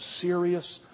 serious